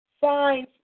signs